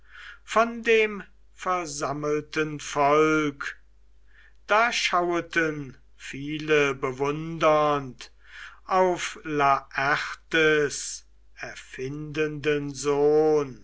von dem versammelten volk da schaueten viele bewundernd auf laertes erfindenden sohn